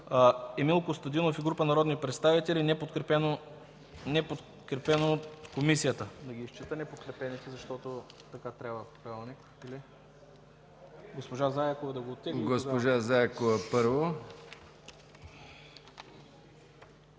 Емил Костадинов и група народни представители – неподкрепено от комисията.